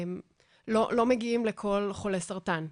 לא מגיעים לכל חולה סרטן.